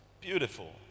Beautiful